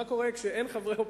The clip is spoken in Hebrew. מה קורה כשאין חברי אופוזיציה.